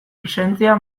presentzia